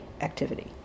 activity